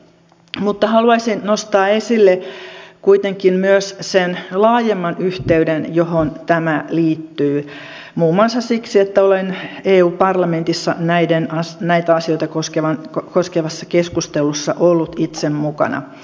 mutta haluaisin nostaa esille kuitenkin myös sen laajemman yhteyden johon tämä liittyy muun muassa siksi että olen eu parlamentissa näitä asioita koskevassa keskustelussa ollut itse mukana